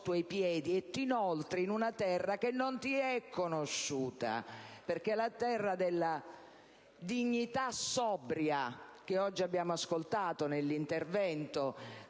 i piedi e ti inoltri in una terra che non ti è conosciuta, quella della dignità sobria che oggi abbiamo ascoltato nell'intervento